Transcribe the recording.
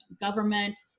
government